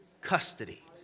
custody